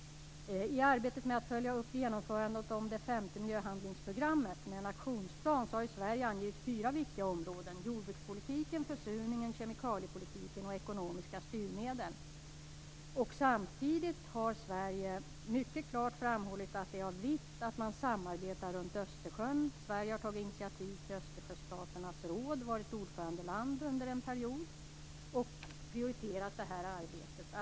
I arbetet med att följa upp genomförandet av det femte miljöhandlingsprogrammet med en aktionsplan har Sverige angivit fyra viktiga områden: Samtidigt har Sverige mycket klart framhållit att det är av vikt att man samarbetar runt Östersjön. Sverige har tagit initiativ till Östersjöstaternas råd, under en period varit ordförandeland och prioriterat det här arbetet.